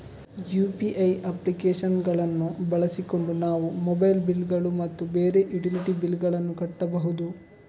UPI application ಗಳನ್ನು ಬಳಸಿಕೊಂಡು ನಾವು ಮೊಬೈಲ್ ಬಿಲ್ ಗಳು ಮತ್ತು ಬೇರೆ ಯುಟಿಲಿಟಿ ಬಿಲ್ ಗಳನ್ನು ಕಟ್ಟಬಹುದು